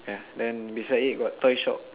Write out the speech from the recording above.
ya then beside it got toy shop